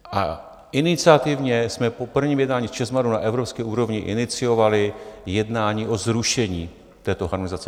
A iniciativně jsme po prvním jednání Česmadu na evropské úrovni iniciovali jednání o zrušení této harmonizace.